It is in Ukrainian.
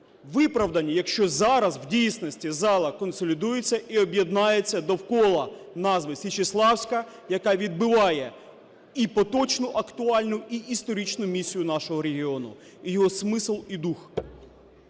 виправдані, якщо зараз в дійсності зала консолідується і об'єднається довкола назви Січеславська, яка відбиває і поточну актуальну, і історичну місію нашого регіону, його смисл і дух.